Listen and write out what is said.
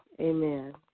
amen